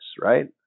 right